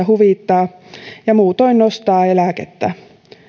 huvittaa ja muutoin nostaa eläkettä